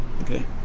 Okay